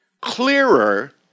clearer